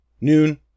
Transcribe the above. Noon